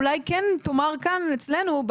אולי כן תאמר כאן אצלנו,